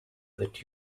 that